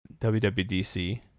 WWDC